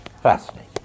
Fascinating